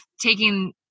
taking